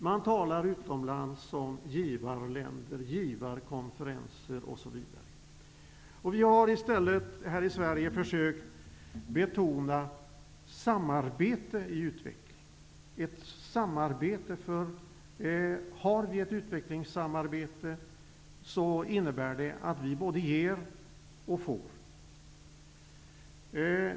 Man talar utomlands om givarländer, givarkonferenser, osv. Vi har här i Sverige i stället försökt betona samarbete i utveckling. Har vi ett utvecklingssamarbete innebär det att vi både ger och får.